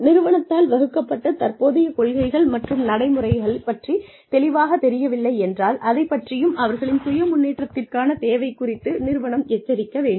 நிறுவனத்தால் வகுக்கப்பட்ட தற்போதைய கொள்கைகள் மற்றும் நடைமுறைகள் பற்றி தெளிவாகத் தெரியவில்லை என்றால் அதைப் பற்றியும் அவர்களின் சுய முன்னேற்றத்திற்கான தேவை குறித்து நிறுவனம் எச்சரிக்க வேண்டும்